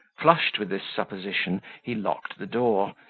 flushed with this supposition, he locked the door,